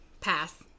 Pass